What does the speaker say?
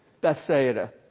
Bethsaida